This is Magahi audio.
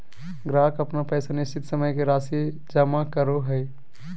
ग्राहक अपन पैसा निश्चित समय के राशि जमा करो हइ